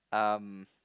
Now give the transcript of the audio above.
um